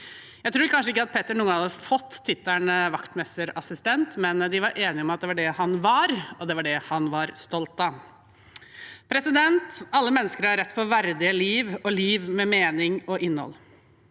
Jeg tror kanskje ikke at Petter noen gang hadde fått tittelen vaktmesterassistent, men vi var enige om at det var det han var, og det var det han var stolt av. Alle mennesker har rett til et verdig liv og et liv med mening og innhold.